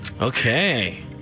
Okay